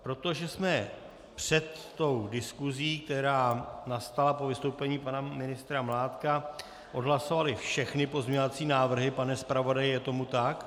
Protože jsme před diskusí, která nastala po vystoupení pana ministra Mládka, odhlasovali všechny pozměňovací návrhy pane zpravodaji, je tomu tak?